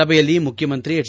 ಸಭೆಯಲ್ಲಿ ಮುಖ್ಖಮಂತ್ರಿ ಹೆಚ್